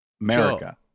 America